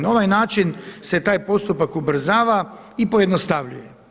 Na ovaj način se taj postupak ubrzava i pojednostavljuje.